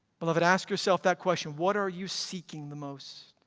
beloved ask yourself that question, what are you seeking the most?